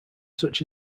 such